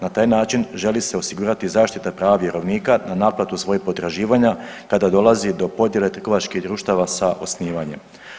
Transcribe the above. Na taj način želi se osigurati zaštita prava vjerovnika na naplatu svojih potraživanja kada dolazi do podjele trgovačkih društava sa osnivanje.